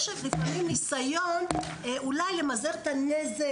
יש לפעמים ניסיון אולי למזער את הנזק,